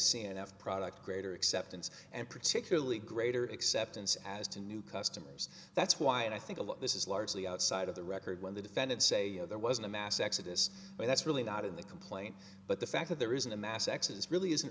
have product greater acceptance and particularly greater acceptance as to new customers that's why and i think a lot this is largely outside of the record when the defendant say you know there was a mass exodus but that's really not in the complaint but the fact that there isn't a mass exodus really isn't